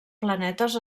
planetes